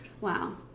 Wow